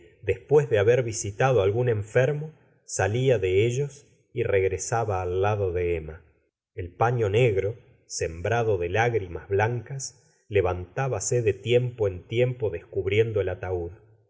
después de haber visitado algún enfermo salia de ellos y regresaba al lado de emma el paño negro sembrado de lágrimas blancas levantábase de tiempo en tiempo descubriendo el ataúd